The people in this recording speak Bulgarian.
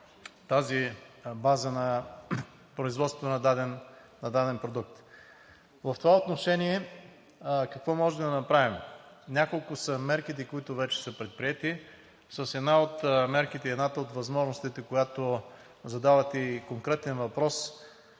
тази база на производство на даден продукт. В това отношение какво можем да направим? Няколко са мерките, които вече са предприети. С една от мерките, едната от възможностите, по която задавате и конкретния въпрос